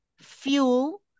fuel